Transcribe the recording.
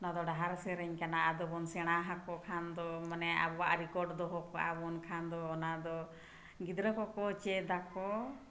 ᱱᱚᱣᱟ ᱫᱚ ᱰᱟᱦᱟᱨ ᱥᱮᱨᱮᱧ ᱠᱟᱱᱟ ᱟᱫᱚᱵᱚᱱ ᱥᱮᱬᱟ ᱦᱟᱠᱚ ᱠᱷᱟᱱ ᱫᱚ ᱢᱟᱱᱮ ᱟᱵᱚᱣᱟᱜ ᱨᱮᱠᱚᱨᱰ ᱫᱚᱦᱚ ᱠᱟᱜ ᱟᱵᱚᱱ ᱠᱷᱟᱱ ᱫᱚ ᱚᱱᱟ ᱫᱚ ᱜᱤᱫᱽᱨᱟᱹ ᱠᱚᱠᱚ ᱪᱮᱫᱟᱠᱚ